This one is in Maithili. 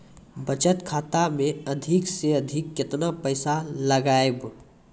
बचत खाता मे अधिक से अधिक केतना पैसा लगाय ब?